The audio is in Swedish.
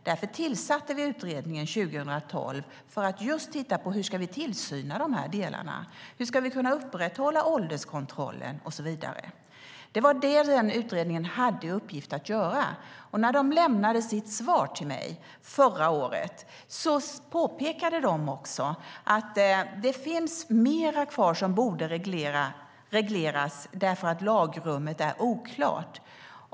Därför tillsatte vi utredningen 2012, alltså just för att titta på hur vi ska tillsyna dessa delar, hur vi ska upprätthålla ålderskontrollen och så vidare. Det var det den utredningen hade i uppgift att göra. När de lämnade sitt svar till mig förra året påpekade de att det finns mer kvar som borde regleras därför att lagrummet är oklart.